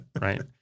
Right